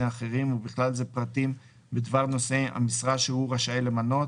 אחרים ובכלל זה פרטים בדבר נושאי המשרה שהוא רשאי למנות,